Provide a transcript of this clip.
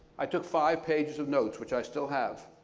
i took five pages of notes, which i still have.